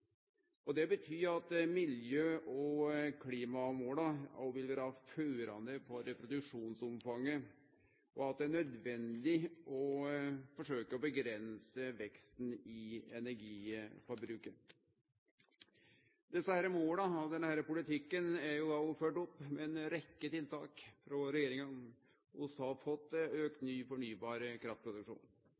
energinasjon. Det betyr at miljøet og klimamåla òg vil vere førande for det produksjonsomfanget, og at det er nødvendig å forsøkje å avgrense veksten i energiforbruket. Desse måla, og denne politikken, er òg førde opp med ei rekkje tiltak frå regjeringa: Vi har fått auka ny fornybar kraftproduksjon.